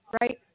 Right